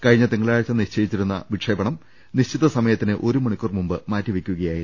കഴിഞ്ഞ തിങ്ക ളാഴ്ച നിശ്ചയിച്ചിരുന്ന വിക്ഷേപണം നിശ്ചിത സ്മയത്തിന് ഒരു മണിക്കൂർ മുമ്പ് മാറ്റിവെയ്ക്കുകയായിരുന്നു